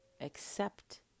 accept